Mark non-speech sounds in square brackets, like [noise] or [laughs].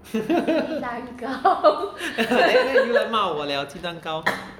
[laughs] 你看又来骂我了鸡蛋糕